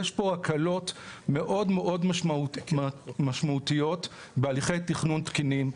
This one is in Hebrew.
יש פה הקלות מאוד מאוד משמעותיות בהליכי תכנון תקינים.